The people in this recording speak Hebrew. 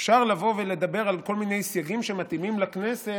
אפשר לבוא ולדבר על כל מיני סייגים שמתאימים לכנסת,